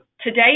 today